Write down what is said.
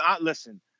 listen